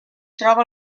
troba